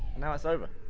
now it's over